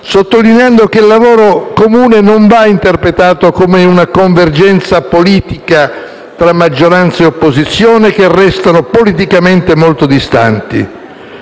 sottolineando che il lavoro comune non va interpretato come una convergenza politica fra maggioranza e opposizione, che restano politicamente molto distanti,